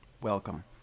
welcome